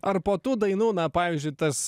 ar po tų dainų na pavyzdžiui tas